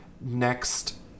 Next